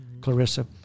Clarissa